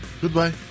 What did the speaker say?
goodbye